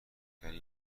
گری